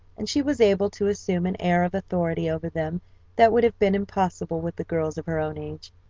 and she was able to assume an air of authority over them that would have been impossible with the girls of her own age.